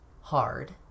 hard